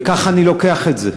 וככה אני לוקח את זה.